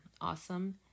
awesome